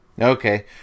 Okay